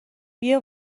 بیا